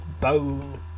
bone